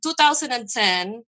2010